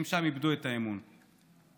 הם איבדו את האמון שם.